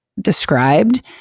described